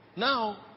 Now